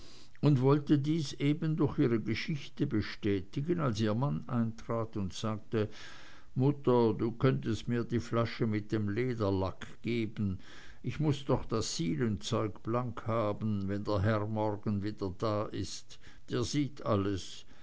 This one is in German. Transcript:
und wollte dies eben durch ihre geschichte bestätigen als ihr mann eintrat und sagte mutter du könntest mir die flasche mit dem lederlack geben ich muß doch das sielenzeug blank haben wenn der herr morgen wieder da ist der sieht alles